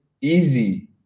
easy